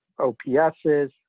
OPSs